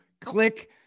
Click